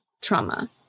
trauma